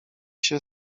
się